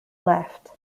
left